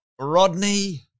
Rodney